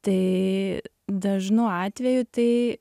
tai dažnu atveju tai